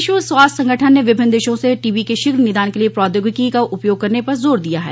विश्व स्वास्थ्य संगठन ने विभिन्न देशों से टीबी के शीघ्र निदान के लिए प्रौद्योगिकी का उपयोग करने पर जोर दिया है